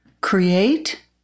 create